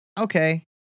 Okay